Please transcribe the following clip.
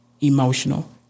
emotional